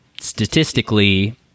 statistically